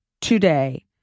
today